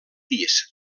pis